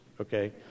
okay